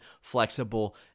flexible